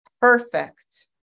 perfect